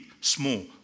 small